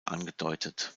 angedeutet